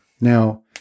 Now